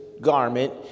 garment